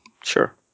Sure